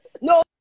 No